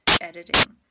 editing